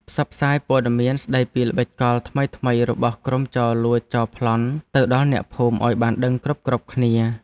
ផ្សព្វផ្សាយព័ត៌មានស្តីពីល្បិចកលថ្មីៗរបស់ក្រុមចោរលួចចោរប្លន់ទៅដល់អ្នកភូមិឱ្យបានដឹងគ្រប់ៗគ្នា។